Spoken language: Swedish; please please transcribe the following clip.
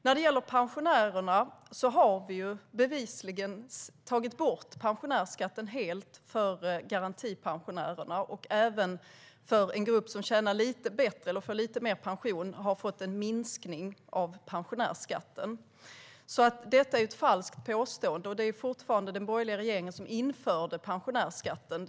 När det gäller pensionärerna har vi tagit bort pensionärsskatten helt för garantipensionärerna, och den grupp som får lite mer i pension har fått sänkt pensionärsskatt. Det är alltså ett falskt påstående. Dessutom var det den borgerliga regeringen som införde pensionärsskatten.